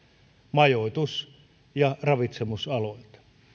majoitus ja ravitsemusaloilta